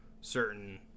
certain